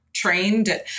trained